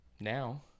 Now